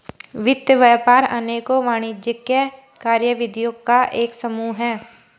वित्त व्यापार अनेकों वाणिज्यिक कार्यविधियों का एक समूह है